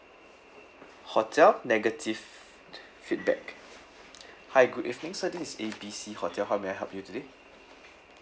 hotel negative feedback hi good evening sir this is A B C hotel how may I help you today